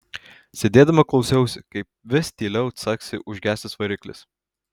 sėdėdama klausiausi kaip vis tyliau caksi užgesęs variklis